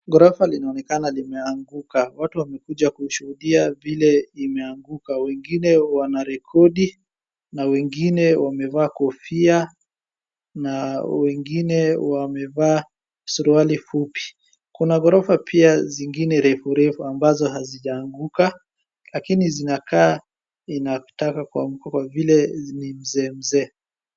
Ghorofa linaonekana limeanguka. Watu wamekuja kushuhudia vile imeanguka. Wengine wanarekodi, na wengine wamevaa kofia, na wengine wamevaa suruali fupi. Kuna ghorofa pia zingine refu refu ambazo hazijaanguka, lakini zinakaa inataka kuanguka kwa vile ni mzee mzee.